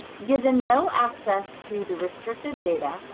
given no access to the restricted data,